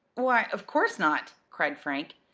why, of course not! cried frank.